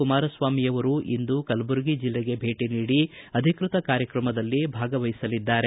ಕುಮಾರಸ್ವಾಮಿಯವರು ಇಂದು ಕಲಬುರಗಿ ಜಿಲ್ಲೆಗೆ ಭೇಟಿ ನೀಡಿ ಅಧಿಕೃತ ಕಾರ್ಯಕ್ರಮದಲ್ಲಿ ಭಾಗವಹಿಸಲಿದ್ದಾರೆ